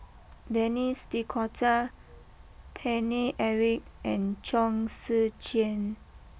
Denis D Cotta Paine Eric and Chong Tze Chien